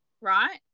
right